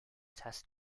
test